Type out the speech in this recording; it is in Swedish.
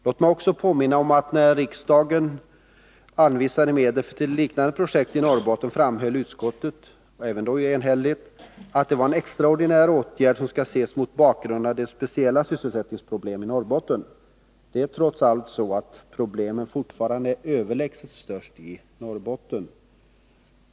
Låt mig också påminna om att när riksdagen anvisade medel till ett liknande projekt i Norrbotten framhöll utskottet — även då enhälligt — att det var en extraordinär åtgärd som skall ses mot bakgrund av de speciella sysselsättningsproblemen i Norrbotten. Det är trots allt så att problemen fortfarande är överlägset störst i Norrbotten.